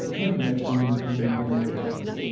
thank you acting premier morning everybody.